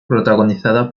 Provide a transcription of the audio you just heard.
protagonizada